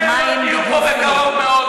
אתם לא תהיו פה בקרוב מאוד,